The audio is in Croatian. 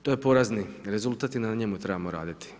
To je porazni rezultat i na njemu trebamo raditi.